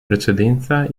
precedenza